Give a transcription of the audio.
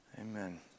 Amen